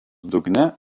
dugne